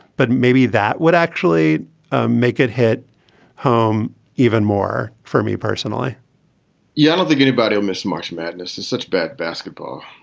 but maybe that would actually ah make it hit home even more for me personally yeah, i don't think anybody and miss march madness is such bad basketball.